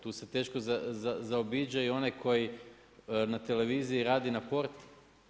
Tu se teško zaobiđe i onaj koji na Televiziji radi na porti.